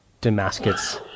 Damascus